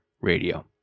radio